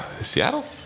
Seattle